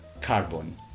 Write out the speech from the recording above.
carbon